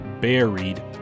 buried